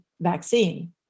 vaccine